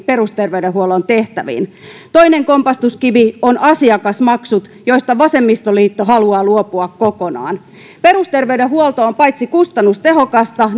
perusterveydenhuollon tehtäviin toinen kompastuskivi on asiakasmaksut joista vasemmistoliitto haluaa luopua kokonaan perusterveydenhuolto on paitsi kustannustehokasta